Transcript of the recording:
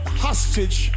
hostage